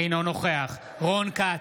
אינו נוכח רון כץ,